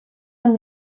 amb